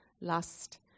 lust